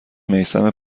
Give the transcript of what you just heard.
میثم